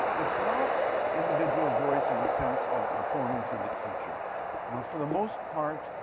it's not individual voice in the sense of performing for the teacher. you know, for the most part,